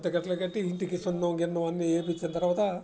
కొత్త కోట్లు కట్టి ఇంటికి సున్నం గిన్నం అన్ని వేయించ్చిన తర్వాత